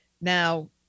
Now